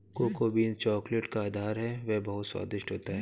cocoa beans chocolate का आधार है वह बहुत स्वादिष्ट होता है